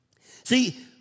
See